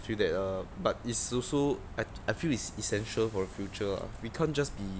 feel that err but it's also I I feel is essential for the future ah we can't just be